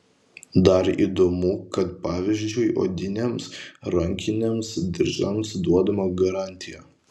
dar įdomu kad pavyzdžiui odinėms rankinėms diržams duodama garantija